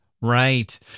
right